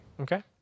Okay